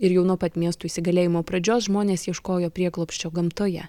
ir jau nuo pat miestų įsigalėjimo pradžios žmonės ieškojo prieglobsčio gamtoje